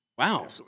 Wow